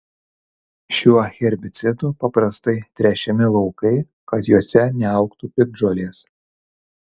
šiuo herbicidu paprastai tręšiami laukai kad juose neaugtų piktžolės